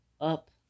up